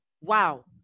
wow